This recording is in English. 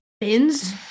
bins